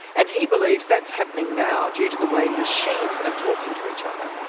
and he believes that's happening now, due to the way machines are talking to each other.